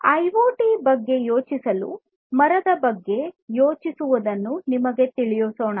IoT ಬಗ್ಗೆ ಯೋಚಿಸಲು ಮರದ ಬಗ್ಗೆ ಯೋಚಿಸುವುದನ್ನು ನಿಮಗೆ ತಿಳಿಸೋಣ